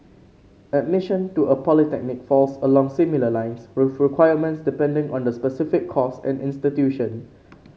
admission to a polytechnic falls along similar lines with requirements depending on the specific course and institution